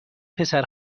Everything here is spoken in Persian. پسر